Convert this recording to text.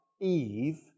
Eve